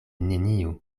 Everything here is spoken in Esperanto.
neniu